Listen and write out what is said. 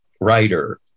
writer